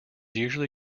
usually